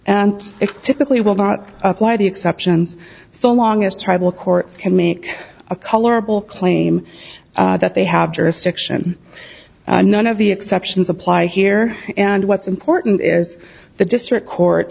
it typically will not apply the exceptions so long as tribal courts can make a colorable claim that they have jurisdiction none of the exceptions apply here and what's important is the district court